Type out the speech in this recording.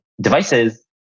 devices